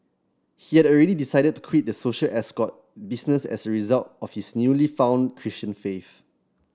he had already decided to quit the social escort business as a result of his newly found Christian faith